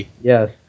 Yes